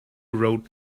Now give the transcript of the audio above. road